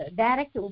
direct